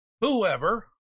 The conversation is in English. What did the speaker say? whoever